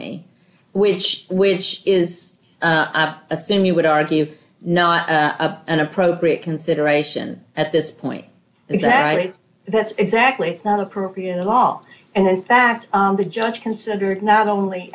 me which which is assume you would argue not an appropriate consideration at this point exactly that's exactly it's not appropriate in law and in fact the judge considered not only